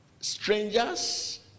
strangers